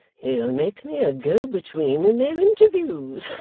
he'll make me a go-between in their interviews